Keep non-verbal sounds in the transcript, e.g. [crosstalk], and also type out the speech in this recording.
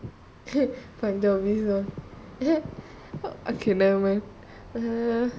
[laughs] கொஞ்சம்:konjam okay never mind